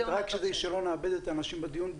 כדי שלא נאבד את האנשים בדיון,